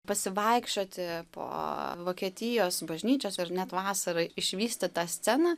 pasivaikščioti po vokietijos bažnyčios ar net vasarą išvysti tą sceną